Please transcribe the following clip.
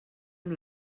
amb